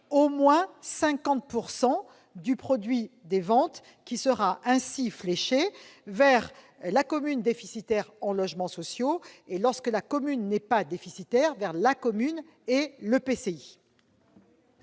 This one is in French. au moins 50 %». Ce pourcentage sera ainsi fléché vers la commune déficitaire en logements sociaux, et, lorsque la commune n'est pas déficitaire, vers la commune et l'EPCI.